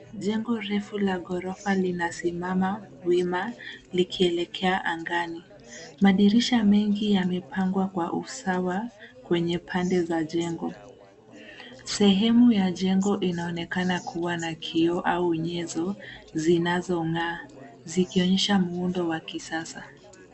Jengo refu la ghorofa linasimama wima likielekea angani. Madirisha mengi yamepangwa kwa usawa kwenye pande za jengo. Sehemu ya jengo inaonekana kuwa na kioo au nyenzo zinazong'aa, zikionyesha muundo wa kisasa.